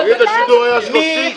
תאגיד השידור היה 30 שעות.